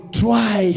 try